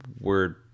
word